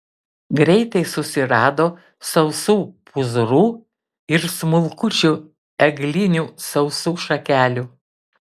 greitai susirado sausų pūzrų ir smulkučių eglinių sausų šakelių